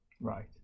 right